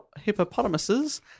hippopotamuses